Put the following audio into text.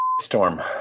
storm